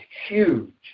huge